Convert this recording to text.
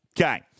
Okay